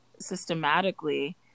systematically